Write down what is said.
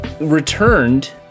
returned